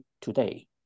today